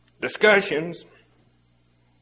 discussions